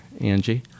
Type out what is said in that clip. Angie